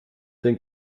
den